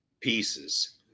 pieces